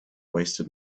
wasted